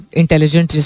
intelligent